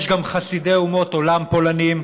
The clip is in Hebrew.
יש גם חסידי אומות עולם פולנים.